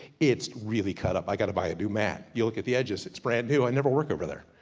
it's really cut up, i gotta buy a new mat. you look at the edges it's brand new, i never work over there.